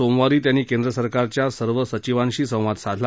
सोमवारी त्यांनी केंद्रसरकारच्या सर्व सचिवांशी संवाद साधला